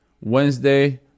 Wednesday